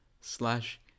slash